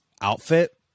outfit